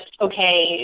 okay